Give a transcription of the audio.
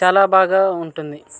చాలా బాగా ఉంటుంది